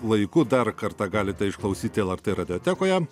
laiku dar kartą galite išklausyti el er t radijotekoje